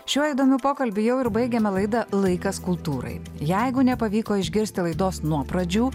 šiuo įdomiu pokalbiu jau ir baigiame laidą laikas kultūrai jeigu nepavyko išgirsti laidos nuo pradžių